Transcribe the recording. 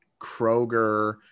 Kroger